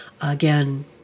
Again